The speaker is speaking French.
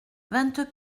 vingt